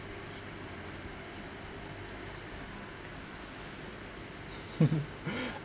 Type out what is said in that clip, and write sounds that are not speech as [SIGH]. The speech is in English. [LAUGHS]